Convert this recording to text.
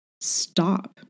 stop